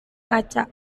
kaca